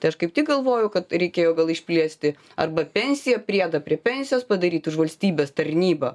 tai aš kaip tik galvojau kad reikėjo gal išplėsti arba pensijų priedą prie pensijos padaryt už valstybės tarnybą